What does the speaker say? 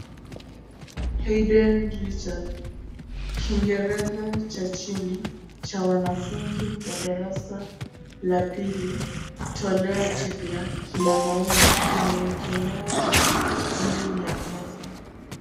Haden Richard, kingereza cha chini cha wanafunzi wa darasa la pili, toleo jipya. Kina maua kimewekelewa juu ya meza.